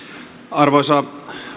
arvoisa